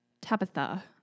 Tabitha